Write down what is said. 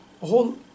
whole